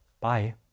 Bye